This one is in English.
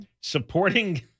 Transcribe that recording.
Supporting